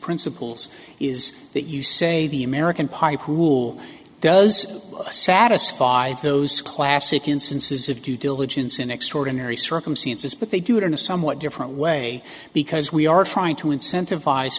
principles is that you say the american pipe pool does satisfy those classic instances of due diligence in extraordinary circumstances but they do it in a somewhat different way because we are trying to incentiv